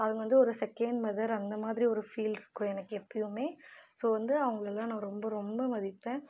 அவங்க வந்து ஒரு செக்கென்ட் மதர் அந்த மாதிரி ஒரு ஃபீல் இருக்கும் எனக்கு எப்பயுமே ஸோ வந்து அவங்களலா நான் ரொம்ப ரொம்ப மதிப்பேன்